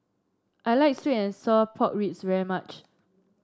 I like sweet and Sour Pork Ribs very much